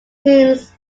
his